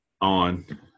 on